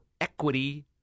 Equity